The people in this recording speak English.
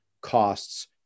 costs